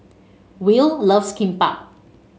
Will loves Kimbap